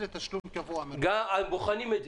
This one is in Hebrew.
בוחנים,